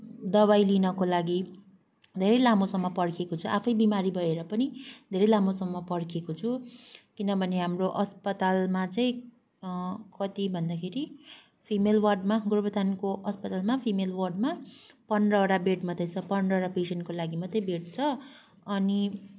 दबाई लिनको लागि धेरै लामोसम्म पर्खिएको छु आफै बिमारी भएर पनि धेरै लामोसम्म पर्खिएको छु किनभने हाम्रो अस्पतालमा चाहिँ कति भन्दाखेरि फिमेल वार्डमा गोरुबथानको अस्पतालमा फिमेल वार्डमा पन्ध्रवटा बेड मात्रै छ पन्ध्रवटा पेसेन्टको लागि मात्रै बेड छ अनि